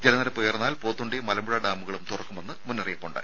ജലനിരപ്പ് ഉയർന്നാൽ പോത്തുണ്ടി മലമ്പുഴ ഡാമുകളും തുറക്കുമെന്ന് മുന്നറിയിപ്പുണ്ട്